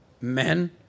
men